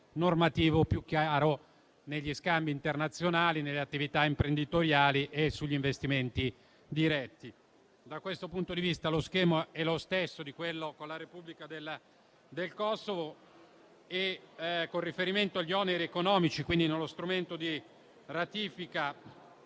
normativo più chiaro negli scambi internazionali, nelle attività imprenditoriali e sugli investimenti diretti. Da questo punto di vista, lo schema è lo stesso di quello con la Repubblica del Kosovo. Con riferimento agli oneri economici, dall'attuazione dello strumento di ratifica